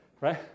right